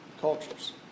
cultures